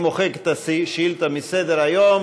אני מוחק את השאילתה מסדר-היום.